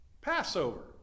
Passover